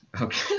Okay